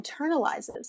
internalizes